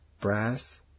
Brass